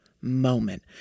moment